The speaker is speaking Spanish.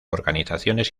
organizaciones